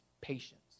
patience